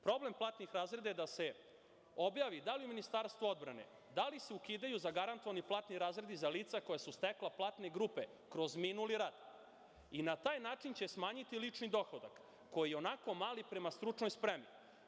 Problem platnih razreda je da se objavi da li se u Ministarstvu odbrane ukidaju zagarantovani platni razredi za lica koja su stekla platne grupe kroz minuli rad i na taj način će smanjiti lični dohodak, koji je ionako mali prema stručnoj spremi.